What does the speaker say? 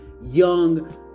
young